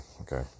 Okay